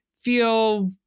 feel